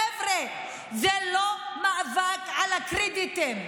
חבר'ה, זה לא מאבק על הקרדיטים,